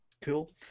Cool